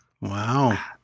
Wow